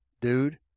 dude